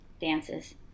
dances